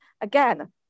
again